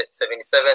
77